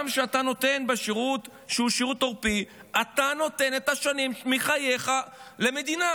גם כשאתה נותן שירות שהוא שירות עורפי אתה נותן שנים מחייך למדינה.